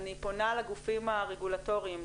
אני פונה לגופים הרגולטוריים,